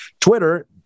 Twitter